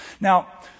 Now